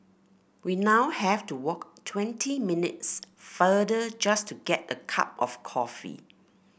we now have to walk twenty minutes farther just to get a cup of coffee